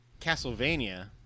Castlevania